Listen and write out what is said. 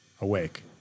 awake